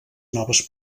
noves